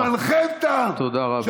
זמנכם תם -- תודה רבה.